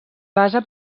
basa